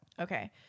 Okay